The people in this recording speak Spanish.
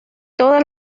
toda